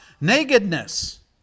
nakedness